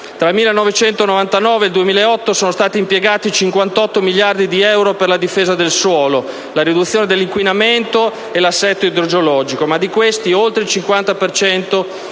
Tra il 1999 e il 2008 sono stati impiegati 58 miliardi di euro per la difesa del suolo, la riduzione dell'inquinamento e l'assetto idrogeologico, ma di questi oltre il 50